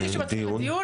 ברגע שמתחיל הדיון,